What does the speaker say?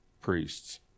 priests